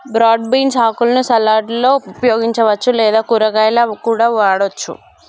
broad beans ఆకులను సలాడ్లలో ఉపయోగించవచ్చు లేదా కూరగాయాలా కూడా వండవచ్చు